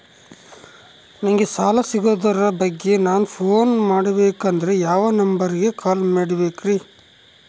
ನಂಗೆ ಸಾಲ ಸಿಗೋದರ ಬಗ್ಗೆ ನನ್ನ ಪೋನ್ ಮಾಡಬೇಕಂದರೆ ಯಾವ ನಂಬರಿಗೆ ಕಾಲ್ ಮಾಡಬೇಕ್ರಿ?